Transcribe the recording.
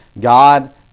God